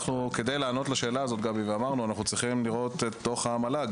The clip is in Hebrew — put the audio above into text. כדי לענות לשאלה הזאת אנחנו צריכים לראות את דוח המל"ג